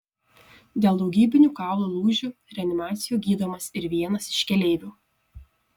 dėl daugybinių kaulų lūžių reanimacijoje gydomas ir vienas iš keleivių